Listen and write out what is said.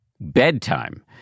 bedtime